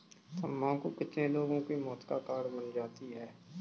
तम्बाकू कितने लोगों के मौत का कारण बन जाती है